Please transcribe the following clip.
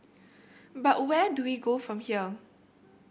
but where do we go from here